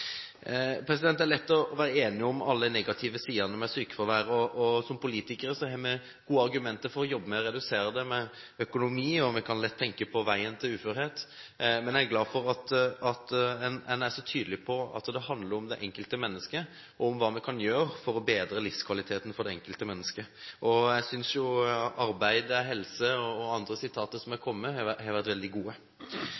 det jevnlig, er viktig. Det er lett å være enig om alle de negative sidene ved sykefravær. Som politikere har vi gode argumenter for å jobbe med å redusere sykefraværet gjennom økonomi, og vi kan lett tenke på veien til uførhet, men jeg er glad for at en er så tydelig på at det handler om det enkelte mennesket og om hva vi kan gjøre for å bedre livskvaliteten for det enkelte mennesket. Jeg synes «arbeid er helse» og andre sitater som